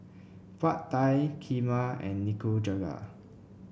Pad Thai Kheema and Nikujaga